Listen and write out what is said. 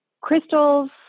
crystals